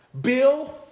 bill